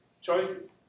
choices